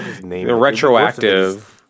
retroactive